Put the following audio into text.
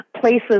places